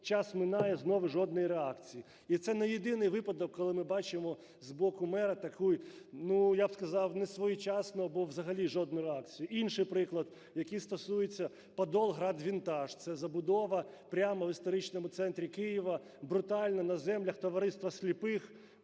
Час минає - знову жодної реакції. І це не єдиний випадок, коли ми бачимо з боку мера таку, ну, я б сказав, несвоєчасну або взагалі жодної реакції. Інший приклад, який стосується "Подол Град Vintage". Це забудова прямо в історичному центрі Києва. Брутально на землях Товариства сліпих